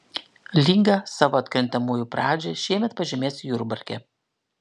lyga savo atkrintamųjų pradžią šiemet pažymės jurbarke